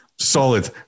Solid